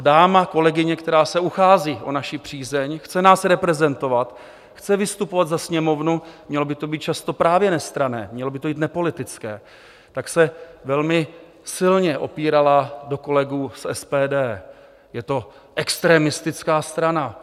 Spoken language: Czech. Dáma, kolegyně, která se uchází o naši přízeň, chce nás reprezentovat, chce vystupovat za Sněmovnu, mělo by to být často právě nestranné, mělo by to být nepolitické, tak se velmi silně opírala do kolegů z SPD, že je to extrémistická strana.